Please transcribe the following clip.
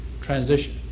transition